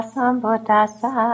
Sambuddhasa